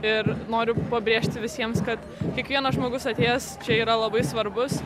ir noriu pabrėžti visiems kad kiekvienas žmogus atėjęs čia yra labai svarbus